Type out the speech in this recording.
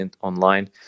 online